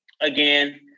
again